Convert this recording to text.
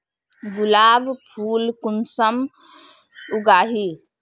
गुलाब फुल कुंसम उगाही?